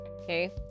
okay